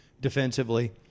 defensively